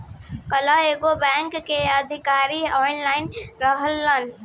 काल्ह एगो बैंक के अधिकारी आइल रहलन